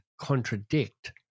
contradict